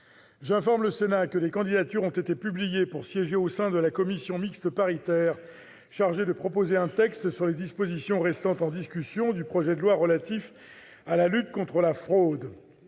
J'informe le Sénat que des candidatures ont été publiées pour siéger au sein de la commission mixte paritaire chargée de proposer un texte sur les dispositions restant en discussion du projet de loi relatif à la lutte contre la fraude.